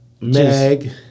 Meg